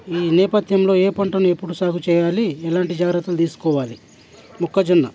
ఈ నేపథ్యంలో ఏ పంటను ఎప్పుడు సాగు చేయాలి ఎలాంటి జాగ్రత్తలు తీసుకోవాలి మొక్కజొన్న